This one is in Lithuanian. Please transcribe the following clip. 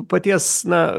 paties na